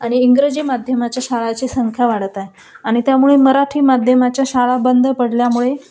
आणि इंग्रजी माध्यमाच्या शाळाची संख्या वाढत आहे आणि त्यामुळे मराठी माध्यमाच्या शाळा बंद पडल्यामुळे